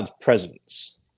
presence